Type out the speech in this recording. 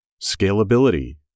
scalability